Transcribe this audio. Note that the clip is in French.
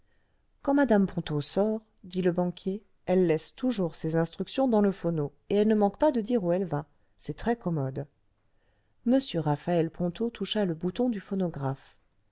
quand mme ponto sort dit le banquier elle laisse toujours ses instructions dans le phono et elle ne manque pas de dire où elle va c'est très commode m raphaël ponto toucha le bouton du phonographe